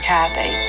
Kathy